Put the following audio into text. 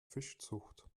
fischzucht